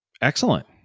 Excellent